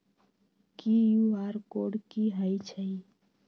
QR code कि हई छई?